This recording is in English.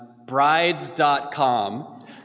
brides.com